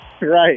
Right